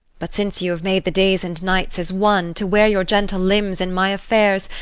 but since you have made the days and nights as one, to wear your gentle limbs in my affairs,